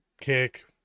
kick